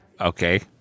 Okay